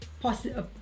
possible